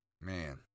Man